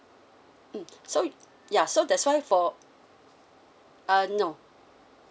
mm so ya so that's why for uh no